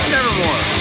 Nevermore